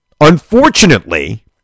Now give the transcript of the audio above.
unfortunately